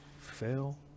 fail